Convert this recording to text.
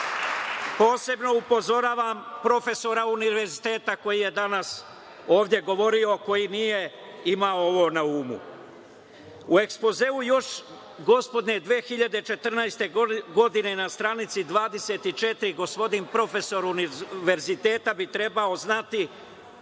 Posebno upozoravam profesora univerziteta koji je danas ovde govorio, koji nije imao ovo na umu.U ekspozeu, još gospodnje 2014. godine, na stranici 24, gospodin profesor univerziteta bi trebao znati